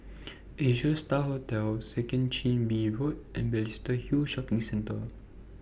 Asia STAR Hotel Second Chin Bee Road and Balestier Hill Shopping Centre